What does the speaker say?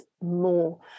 more